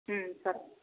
సరే